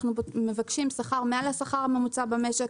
אנחנו מבקשים שכר מעל השכר הממוצע במשק,